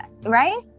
Right